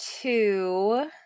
two